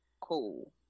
cool